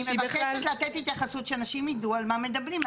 אני מבקשת לתת התייחסות כדי שאנשים ידעו על מה מדברים.